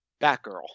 Batgirl